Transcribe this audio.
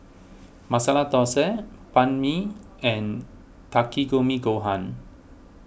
Masala Dosa Banh Mi and Takikomi Gohan